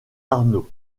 arnauld